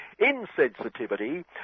insensitivity